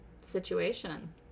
situation